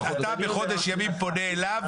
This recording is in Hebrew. תוך חודש ימים אתה פונה אליו.